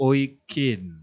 Oikin